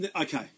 okay